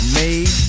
made